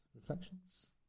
reflections